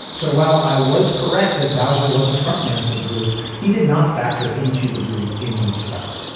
so while i was correct that bowzer was a front man for the group, he did not factor into the group in woodstock.